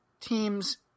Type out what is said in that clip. teams